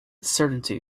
certainty